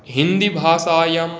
हिन्दीभाषायां